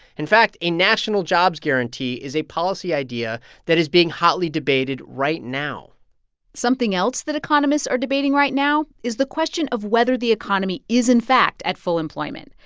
in fact, a national jobs guarantee is a policy idea that is being hotly debated right now something else that economists are debating right now is the question of whether the economy is, in fact, at full employment.